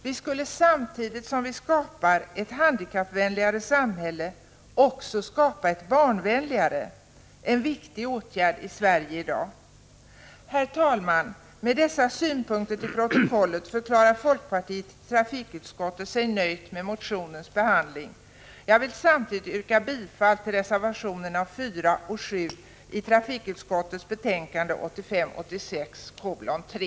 Vi skulle samtidigt som vi skapar ett handikappvänligare samhälle också skapa ett barnvänligare, en viktig åtgärd i Sverige i dag. Herr talman! Med dessa synpunkter förklarar folkpartisterna i trafikutskottet sig nöjda med behandlingen av motionen. Jag vill yrka bifall till reservationerna 4 och 7 i trafikutskottets betänkande 1985/86:3.